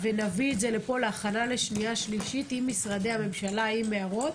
ונביא לפה להכנה לקריאה שנייה ושלישית עם משרדי הממשלה ועם הערות.